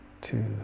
two